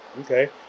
okay